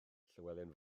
llywelyn